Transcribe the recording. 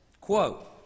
quote